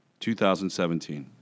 2017